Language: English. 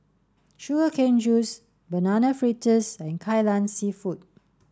Sugarcane Juice Banana Fritters and Kai Lan Seafood